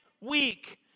week